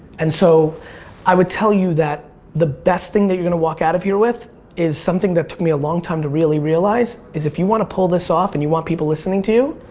and so i would tell you that the best thing that you're gonna walk out of here with is something that took me a long time to really realize is if you want to pull this off and you want people listening to you,